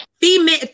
Female